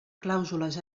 clàusules